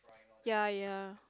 ya ya